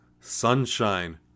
sunshine